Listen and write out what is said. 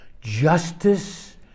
justice